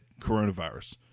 coronavirus